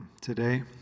today